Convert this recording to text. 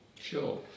Sure